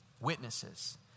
witnesses